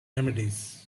remedies